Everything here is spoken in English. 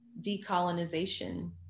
decolonization